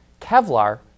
Kevlar